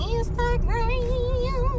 Instagram